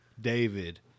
David